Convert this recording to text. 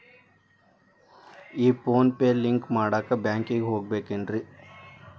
ಈ PhonePe link ಮಾಡಾಕ ಬ್ಯಾಂಕಿಗೆ ಹೋಗ್ಬೇಕೇನ್ರಿ?